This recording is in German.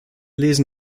lesen